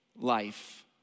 life